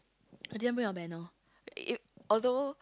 I didn't bring a banner it although